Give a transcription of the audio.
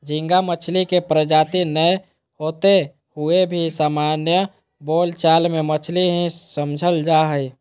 झींगा मछली के प्रजाति नै होते हुए भी सामान्य बोल चाल मे मछली ही समझल जा हई